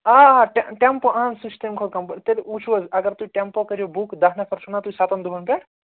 آ آ ٹے ٹٮ۪مپو اَن سُہ چھِ تَمہِ کھۄتہٕ کمفٲ تیٚلہِ وٕچھُو حظ اگر تُہۍ ٹٮ۪مپو کٔرِو بُک داہ نفر چھُو نا تُہۍ سَتَن دۄہَن پٮ۪ٹھ